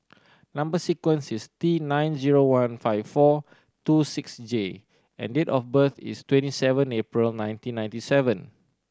number sequence is T nine zero one five four two six J and date of birth is twenty seven April nineteen ninety seven